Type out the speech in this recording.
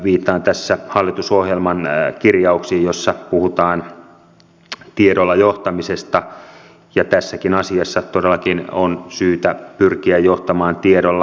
viittaan tässä hallitusohjelman kirjauksiin joissa puhutaan tiedolla johtamisesta ja tässäkin asiassa todellakin on syytä pyrkiä johtamaan tiedolla